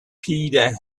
peter